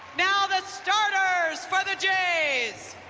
now the starters for the jays.